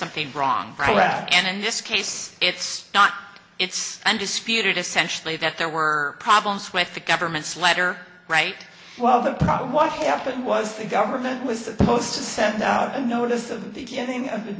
something wrong and in this case it's not it's undisputed essentially that there were problems with the government's letter right well the problem what happened was the government was supposed to send out a notice of the